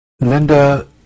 Linda